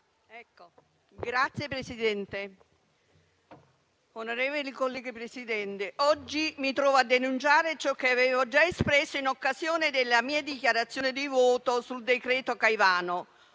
Signor Presidente, onorevoli colleghi, oggi mi trovo a denunciare ciò che avevo già espresso in occasione della mia dichiarazione di voto sul decreto Caivano,